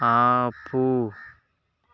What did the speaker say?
ఆపు